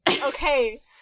Okay